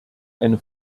eine